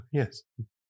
yes